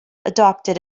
adopted